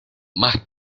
más